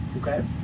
Okay